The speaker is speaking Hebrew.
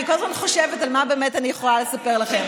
אני כל הזמן חושבת מה באמת אני יכולה לספר לכם.